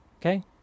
Okay